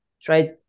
try